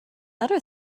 other